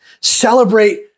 Celebrate